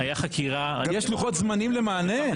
יש לוחות זמנים למענה.